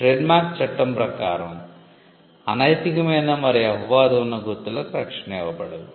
trademark చట్టం ప్రకారం అనైతికమైన మరియు అపవాదు ఉన్న గుర్తులకు రక్షణ ఇవ్వబడదు